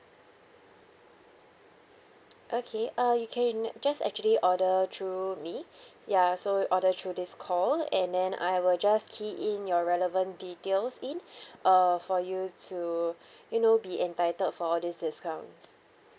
okay uh you can just actually order through me ya so order through this call and then I will just key in your relevant details in uh for you to you know be entitled for all this discounts